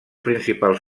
principals